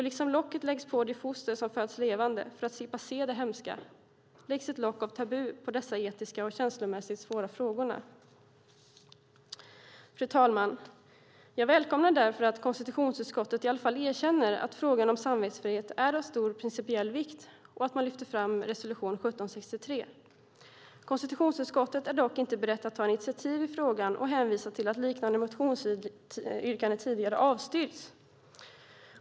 Liksom locket läggs på de foster som föds levande för att man ska slippa se det hemska läggs ett lock av tabu på dessa etiskt och känslomässigt svåra frågor. Fru talman! Jag välkomnar därför att konstitutionsutskottet i alla fall erkänner att frågan om samvetsfrihet är av stor principiell vikt och att man lyfter fram resolution 1763. Konstitutionsutskottet är dock inte berett att ta något initiativ i frågan och hänvisar till att liknande motionsyrkande tidigare avstyrkts.